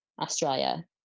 Australia